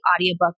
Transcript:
audiobook